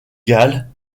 galles